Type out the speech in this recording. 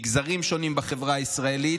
מגזרים שונים בחברה הישראלית.